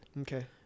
okay